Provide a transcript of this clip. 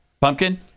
pumpkin